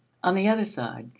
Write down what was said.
on the other side,